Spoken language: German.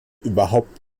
überhaupt